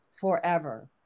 forever